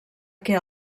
què